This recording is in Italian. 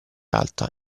alta